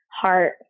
Heart